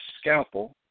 scalpel